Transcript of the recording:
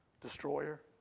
Destroyer